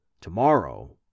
Tomorrow